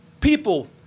people